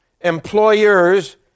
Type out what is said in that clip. employers